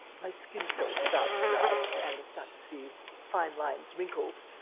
my skin cells start to die and i start to see fine lines, wrinkles.